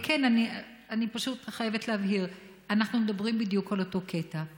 אני פשוט חייבת להבהיר: אנחנו מדברים בדיוק על אותו קטע,